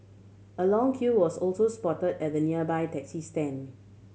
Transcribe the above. a long queue was also spot at the nearby taxi stand